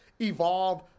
evolve